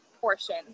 portion